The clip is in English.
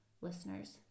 listeners